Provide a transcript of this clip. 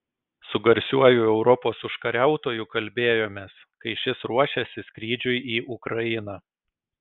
su garsiuoju europos užkariautoju kalbėjomės kai šis ruošėsi skrydžiui į ukrainą